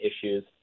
issues